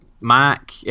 Mac